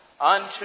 unto